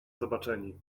zobaczeni